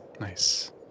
Nice